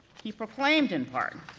he proclaimed in part,